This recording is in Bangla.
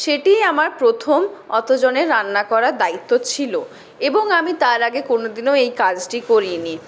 সেটিই আমার প্রথম অতোজনের রান্না করার দায়িত্ব ছিলো এবং আমি তার আগে কোনোদিনও এই কাজটি করিনি